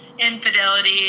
Infidelity